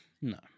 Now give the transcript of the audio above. No